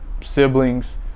siblings